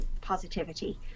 positivity